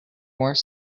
more